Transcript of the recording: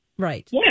Right